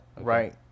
right